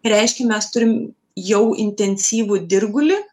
reiškia mes turim jau intensyvų dirgulį